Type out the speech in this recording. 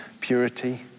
purity